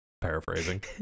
Paraphrasing